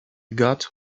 got